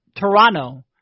Toronto